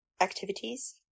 activities